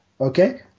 okay